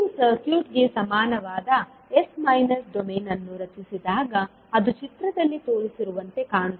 ನೀವು ಸರ್ಕ್ಯೂಟ್ಗೆ ಸಮಾನವಾದ s ಮೈನಸ್ ಡೊಮೇನ್ ಅನ್ನು ರಚಿಸಿದಾಗ ಅದು ಚಿತ್ರದಲ್ಲಿ ತೋರಿಸಿರುವಂತೆ ಕಾಣುತ್ತದೆ